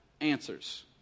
answers